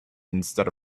instead